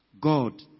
God